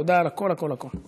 תודה על הכול הכול הכול.